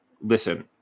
listen